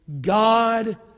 God